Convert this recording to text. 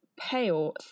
pale